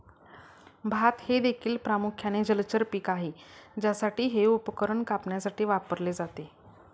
भात हे देखील प्रामुख्याने जलचर पीक आहे ज्यासाठी हे उपकरण कापण्यासाठी वापरले जाते